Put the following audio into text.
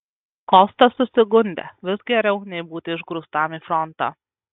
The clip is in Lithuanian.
kostas susigundė vis geriau nei būti išgrūstam į frontą